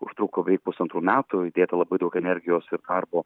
užtruko veik pusantrų metų įdėta labai daug energijos ir darbo